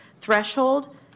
threshold